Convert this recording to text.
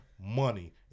Money